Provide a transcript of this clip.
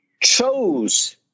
chose